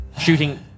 Shooting